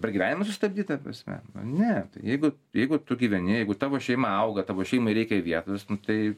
dabar gyvenimą sustabdyt ta prasme ne tai jeigu jeigu tu gyveni jeigu tavo šeima auga tavo šeimai reikia vietos nu tai